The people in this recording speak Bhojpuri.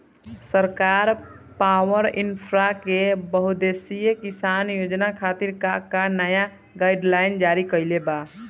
सरकार पॉवरइन्फ्रा के बहुउद्देश्यीय किसान योजना खातिर का का नया गाइडलाइन जारी कइले बा?